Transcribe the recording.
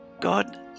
god